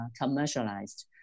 commercialized